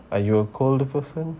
and you will call the person